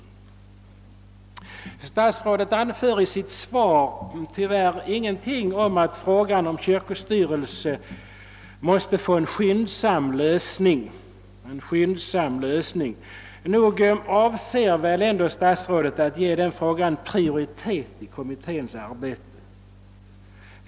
I sitt svar säger statsrådet tyvärr ingenting om att frågan om kyrkostyrelse måste lösas skyndsamt. Men nog avser väl ändå statsrådet att ge den frågan prioritet i kommitténs arbete?